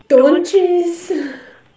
don't chase